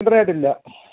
ചില്ലറയായിട്ടില്ല